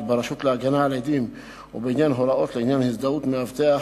ברשות להגנה על עדים ובעניין הוראות לעניין הזדהות מאבטח,